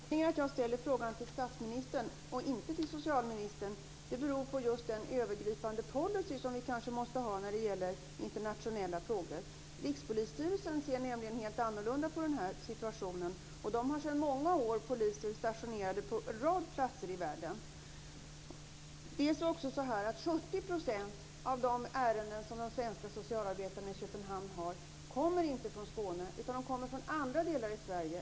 Fru talman! Att jag ställer frågan till statsministern och inte till socialministern beror på den övergripande policy som vi kanske måste ha när det gäller internationella frågor. Rikspolisstyrelsen ser nämligen helt annorlunda på den här situationen. Man har sedan många år poliser stationerade på en rad platser i världen. 70 % av de ärenden som de svenska socialarbetarna i Köpenhamn har gäller inte personer från Skåne, utan från andra delar av Sverige.